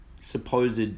supposed